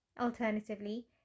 Alternatively